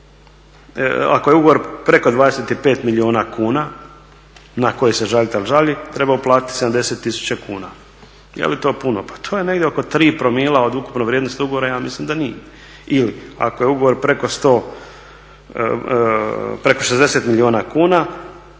ako je ugovor preko 25 milijuna kuna na koji se žalitelj žali, treba uplatiti 70 tisuća kuna. Je li to puno? Pa to je negdje oko 3 promila od ukupne vrijednosti ugovora, ja mislim da nije. Ili ako je ugovor preko 100, preko 60 milijuna kuna,